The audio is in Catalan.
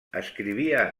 escrivia